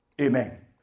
Amen